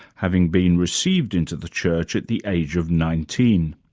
having been received into the church at the age of nineteen.